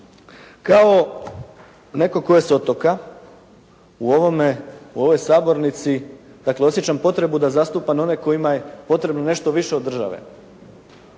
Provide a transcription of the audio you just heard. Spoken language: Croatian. Kao netko tko je s otoka u ovoj sabornici, dakle osjećam potrebu da zastupam one kojima je potrebno nešto više od države